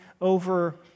over